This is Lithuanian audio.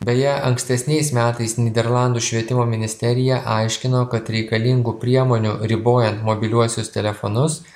beje ankstesniais metais nyderlandų švietimo ministerija aiškino kad reikalingų priemonių ribojant mobiliuosius telefonus